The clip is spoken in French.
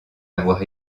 avoir